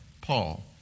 Paul